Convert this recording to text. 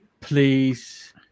Please